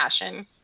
passion